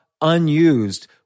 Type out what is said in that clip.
unused